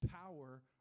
power